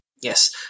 Yes